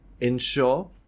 ensure